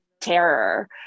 terror